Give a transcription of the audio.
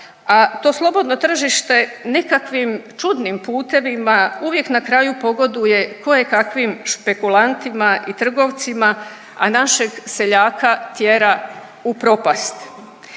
a to slobodno tržište nekakvim čudnim putevima uvijek na kraju pogoduje koje kakvim špekulantima i trgovcima, a našeg seljaka tjera u propast.